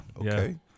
Okay